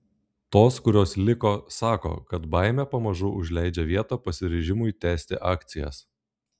tos kurios liko sako kad baimė pamažu užleidžia vietą pasiryžimui tęsti akcijas